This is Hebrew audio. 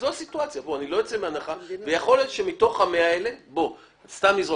יכול להיות שמתוך ה-100 האלה 10,